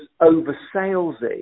over-salesy